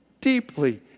deeply